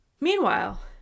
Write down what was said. Meanwhile